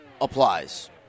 applies